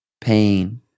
pain